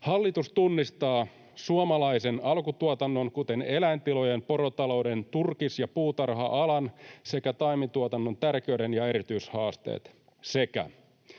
”Hallitus tunnistaa suomalaisen alkutuotannon, kuten eläintilojen, porotalouden, turkis‑ ja puutarha-alan sekä taimituotannon, tärkeyden ja erityishaasteet.” Sekä: